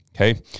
Okay